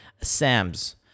Sam's